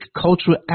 cultural